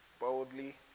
boldly